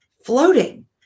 floating